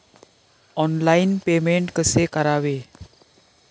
Online payment कसे करायचे?